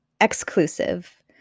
exclusive